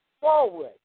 forward